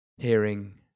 hearing